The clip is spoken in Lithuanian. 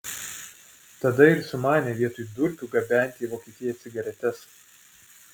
tada ir sumanė vietoj durpių gabenti į vokietiją cigaretes